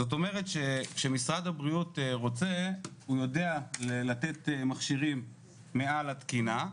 זאת אומרת שמשרד הבריאות רוצה הוא יודע לתת מכשירים מעל התקינה,